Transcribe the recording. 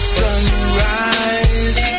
sunrise